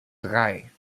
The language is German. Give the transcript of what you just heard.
drei